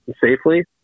safely